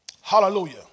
Hallelujah